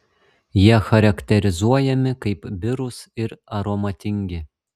jie charakterizuojami kaip birūs ir aromatingi